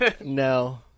No